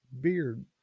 beard